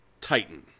Titan